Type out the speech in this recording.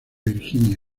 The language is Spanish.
virginia